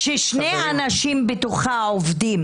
אתה יודע מה שיעור המשפחות ששני האנשים עובדים,